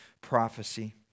prophecy